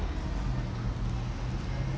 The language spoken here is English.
so could you